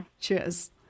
Cheers